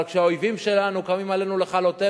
אבל כשהאויבים שלנו קמים עלינו לכלותנו